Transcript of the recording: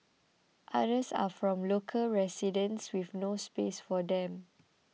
others are from local residents with no space for them